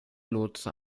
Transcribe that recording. lotse